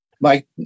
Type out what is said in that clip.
Mike